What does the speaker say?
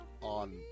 on